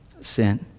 sin